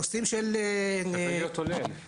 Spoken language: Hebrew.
נושאים של --- משתלם להיות עולה.